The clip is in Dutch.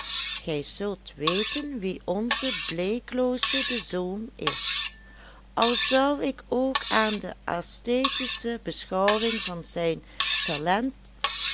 gij zult weten wie onze bleekloosche de zoom is al zou ik ook aan de æsthetische beschouwing van zijn talent